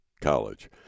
college